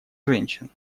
женщин